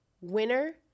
winner